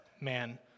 man